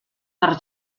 per